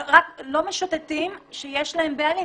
לא משוטטים אלא שיש להם בעלים.